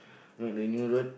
make the new road